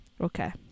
Okay